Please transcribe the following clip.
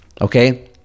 okay